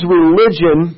religion